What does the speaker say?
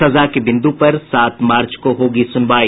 सजा के बिन्द् पर सात मार्च को होगी सुनवाई